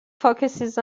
focuses